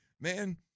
man